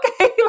okay